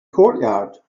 courtyard